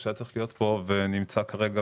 שהיה צריך להיות כאן אבל נמצא כרגע